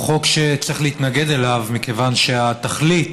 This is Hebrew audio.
הוא חוק שצריך להתנגד לו מכיוון שהתכלית